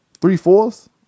three-fourths